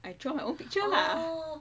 I draw my own picture lah